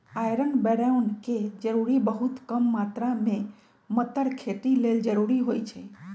iron boron के जरूरी बहुत कम मात्र में मतर खेती लेल जरूरी होइ छइ